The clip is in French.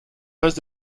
reste